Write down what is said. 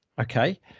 Okay